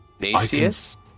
Nasius